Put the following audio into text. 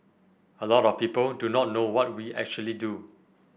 a lot of people do not know what we actually do